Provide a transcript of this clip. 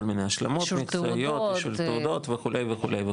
כל מיני השלמות מקצועיות בשביל תעודות וכו'.